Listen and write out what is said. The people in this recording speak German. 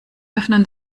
öffnen